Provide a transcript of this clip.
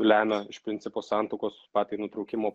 lemia iš principo santuokos patį nutraukimo